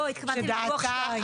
דרך אגב,